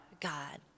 God